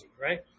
right